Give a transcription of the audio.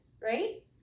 right